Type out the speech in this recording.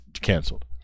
canceled